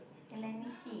let me see